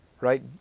right